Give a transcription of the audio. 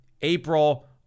April